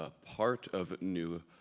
ah part of new